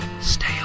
Stay